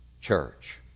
church